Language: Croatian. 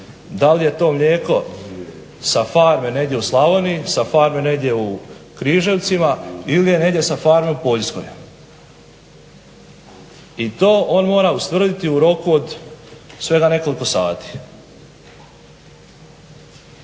da li je to mlijeko sa farme negdje u Slavoniji, sa farme negdje u Križevcima ili je negdje sa farme u Poljskoj. I to on mora ustvrditi u roku od svega nekoliko sati.